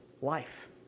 life